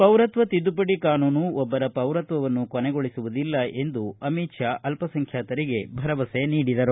ಪೌರತ್ವ ತಿದ್ದುಪಡಿ ಕಾನೂನು ಒಬ್ಬರ ಪೌರತ್ವವನ್ನು ಕೊನೆಗೊಳಿಸುವುದಿಲ್ಲ ಎಂದು ಶ್ರೀ ಅಮಿತ್ ಶಾ ಅಲ್ಪಸಂಖ್ಯಾತರಿಗೆ ಭರವಸೆ ನೀಡಿದರು